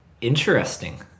Interesting